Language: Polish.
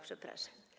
Przepraszam.